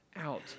out